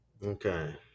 Okay